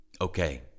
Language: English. Okay